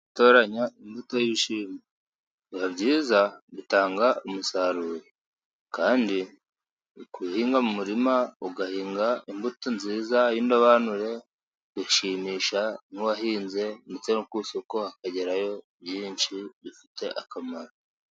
Gutoranya imbuto y'ibishyimbo. Biba byiza, bitanga umusaruro. Kandi guhinga mu murima ugahinga imbuto nziza y'indobanure, bishimisha n'uwahinze, ndetse no ku isoko hakagerayo byinshi, bifite akamaro.